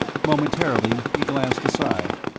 momentarily, he glanced aside,